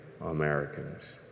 Americans